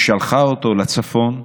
והיא שלחה אותו לצפון,